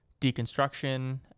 deconstruction